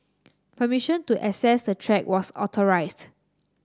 permission to access the track was authorised